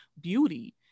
beauty